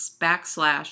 backslash